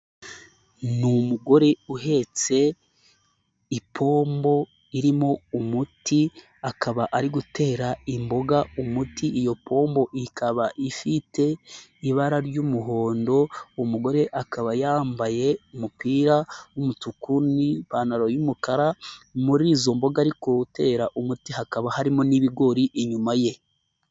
Ni umugore uhetse ipombo irimo umuti, akaba ari gutera imboga umuti, iyo pombo ikaba ifite ibara ry'umuhondo, umugore akaba yambaye umupira w'umutuku n'ipantaro y'umukara, muri izo mboga ari gutera umuti hakaba harimo n'ibigori inyuma ye.